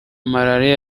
malariya